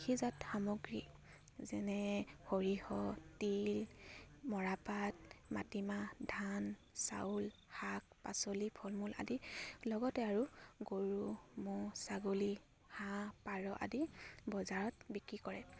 কৃষিজাত সামগ্ৰী যেনে সৰিয়হ তিল মৰাপাট মাটিমাহ ধান চাউল শাক পাচলি ফল মূল আদি লগতে আৰু গৰু ম'হ ছাগলী হাঁহ পাৰ আদি বজাৰত বিক্ৰী কৰে